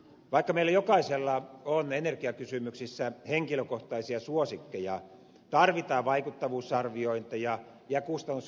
vaikka meillä jokaisella on energiakysymyksissä henkilökohtaisia suosikkeja tarvitaan vaikuttavuusarviointeja ja kustannushyötyvertailuja